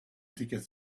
ticket